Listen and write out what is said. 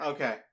Okay